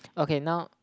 okay now